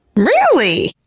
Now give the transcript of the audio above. really?